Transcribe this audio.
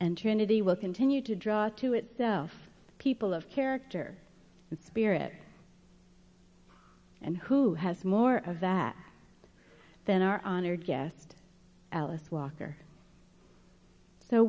and trinity will continue to draw to itself people of character and spirit and who has more of that than our honored guest alice walker so